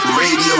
Radio